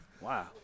Wow